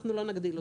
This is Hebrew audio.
לא נגדיל אותו.